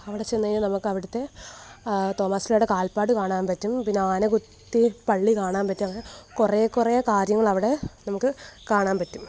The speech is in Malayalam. അവിടെ ചെന്ന് കഴിഞ്ഞാൽ നമുക്ക് അവിടുത്തെ തോമാശ്ലീഹായുടെ കാൽപ്പാട് കാണാൻ പറ്റും പിന്നെ ആനകുത്തിപ്പള്ളി കാണാൻ പറ്റും അങ്ങനെ കുറേ കുറേ കാര്യങ്ങൾ അവിടെ നമുക്ക് കാണാൻ പറ്റും